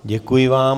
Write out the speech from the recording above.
Děkuji vám.